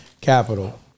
capital